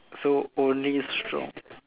so only strong